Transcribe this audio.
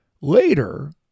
Later